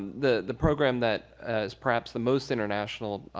the the program that is perhaps the most international